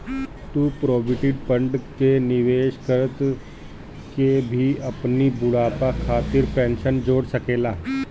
तू provident fund में निवेश कअ के भी अपनी बुढ़ापा खातिर पेंशन जोड़ सकेला